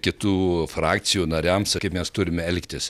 kitų frakcijų nariams kaip mes turime elgtis